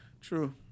True